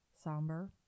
Somber